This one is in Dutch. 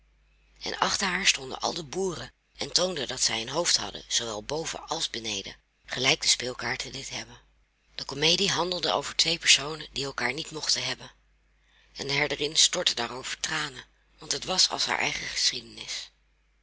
en achter haar stonden al de boeren en toonden dat zij een hoofd hadden zoowel boven als beneden gelijk de speelkaarten dit hebben de komedie handelde over twee personen die elkaar niet mochten hebben en de herderin stortte daarover tranen want het was als haar eigen geschiedenis